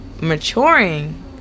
maturing